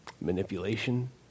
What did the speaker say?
manipulation